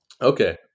Okay